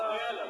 מי ממונה עליו?